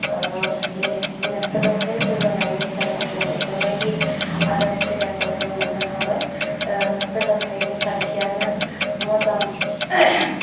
बेबायदिनो सोलोंथाय जौगानायनिफ्रायनो जों बेफोरबायदि आदब खायदाखौ जों मोननो हाबाय सोलोंथायनि खान्थियानो मोजां